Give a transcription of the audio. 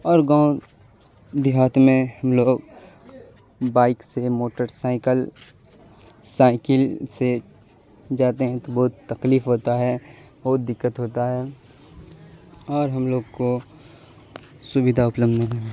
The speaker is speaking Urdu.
اور گاؤں دیہات میں ہم لوگ بائک سے موٹر سائیکل سائیکل سے جاتے ہیں تو بہت تکلیف ہوتا ہے بہت دقت ہوتا ہے اور ہم لوگ کو سویدھا اپلبھ